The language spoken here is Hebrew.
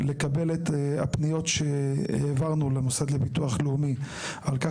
לקבל את הפניות שהעברנו למוסד לביטוח לאומי על כך